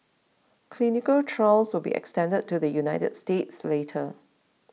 clinical trials will be extended to the United States later